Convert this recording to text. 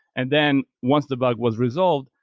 and then once the bug was resolved,